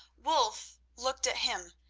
wulf looked at him,